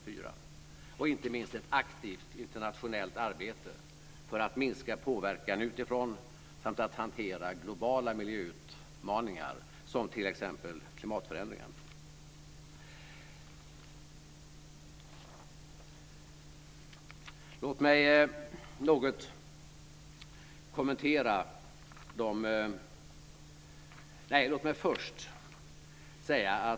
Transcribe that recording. Det handlar också inte minst om ett aktivt internationellt arbete för att minska påverkan utifrån samt att hantera globala miljöutmaningar som t.ex. klimatförändringar.